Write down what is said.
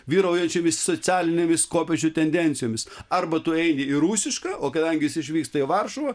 vyraujančiomis socialinėmis kopėčių tendencijomis arba tu eini į rusišką o kadangi jis išvyksta į varšuvą